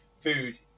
food